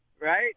Right